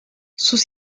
sus